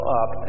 up